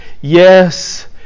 Yes